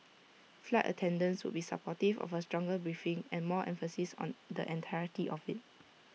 flight attendants would be supportive of A stronger briefing and more emphasis on the entirety of IT